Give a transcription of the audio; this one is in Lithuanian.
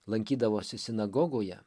lankydavosi sinagogoje